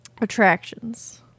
Attractions